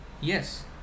Yes